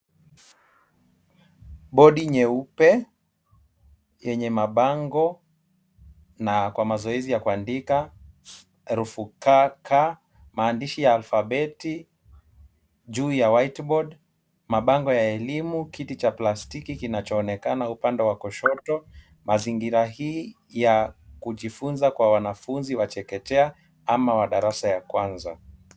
Bodi nyeupe yenye mabango na kwa mazoezi ya kuandika, herufi k-k maandishi ya alfabeti juu ya white board , mabango ya elimu kiti cha plastiki kinachoonekana upande wa kushoto. Mazingira hii ya kujifunza kwa wanafunzi wa chekechea ama wa darasa ya kwanza.